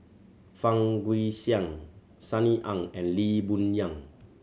Fang Guixiang Sunny Ang and Lee Boon Yang